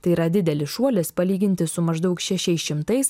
tai yra didelis šuolis palyginti su maždaug šešiais šimtais